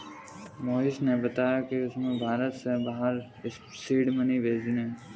मोहिश ने बताया कि उसे भारत से बाहर सीड मनी भेजने हैं